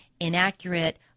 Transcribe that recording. inaccurate